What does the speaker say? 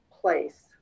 place